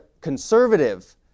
conservative